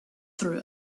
through